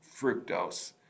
fructose